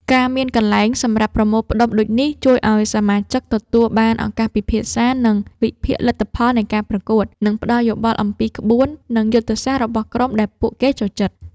ការមានកន្លែងសម្រាប់ប្រមូលផ្តុំដូចនេះ ជួយឲ្យសមាជិកទទួលបានឱកាសពិភាក្សា ការវិភាគលទ្ធផលនៃការប្រកួត និងផ្តល់យោបល់អំពីក្បួន និងយុទ្ធសាស្ត្ររបស់ក្រុមដែលពួកគេចូលចិត្ត។